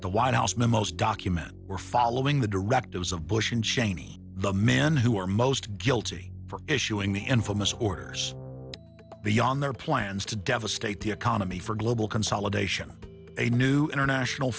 the white house memos documents were following the directives of bush and cheney the men who are most guilty for issuing the infamous orders beyond their plans to devastate the economy for global consolidation a new international